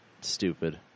stupid